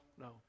no